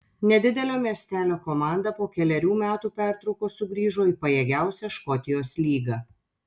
nedidelio miestelio komanda po kelerių metų pertraukos sugrįžo į pajėgiausią škotijos lygą